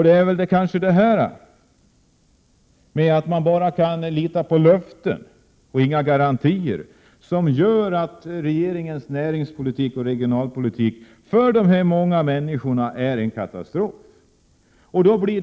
Det är just det förhållandet, att regeringen bara får löften och inga garantier som man kan lita på, som gör att regeringens näringspolitik och regionalpolitik för de många människorna i dessa områden är en katastrof.